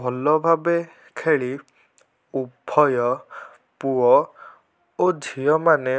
ଭଲ ଭାବେ ଖେଳି ଉଭୟ ପୁଅ ଓ ଝିଅମାନେ